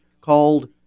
called